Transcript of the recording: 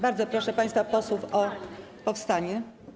Bardzo proszę państwa posłów o powstanie.